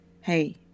Hey